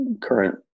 current